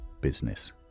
business